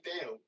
down